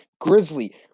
Grizzly